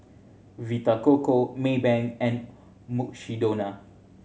Vita Coco Maybank and Mukshidonna